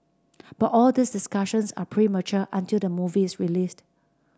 but all these discussions are premature until the movie is released